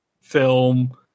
film